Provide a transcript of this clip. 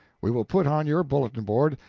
we will put on your bulletin-board,